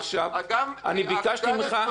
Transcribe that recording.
גם האגודה לזכויות האזרח